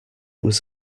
was